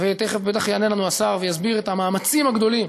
ותכף בטח יענה לנו השר ויסביר את המאמצים הגדולים